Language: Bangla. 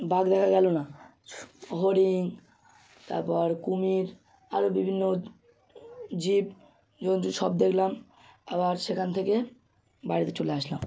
বাঘ দেখা গেলো না সু হরিণ তারপর কুমির আরও বিভিন্ন জীবজন্তু সব দেখলাম আবার সেখান থেকে বাড়িতে চলে আসলাম